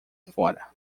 fora